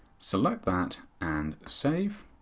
select that and save.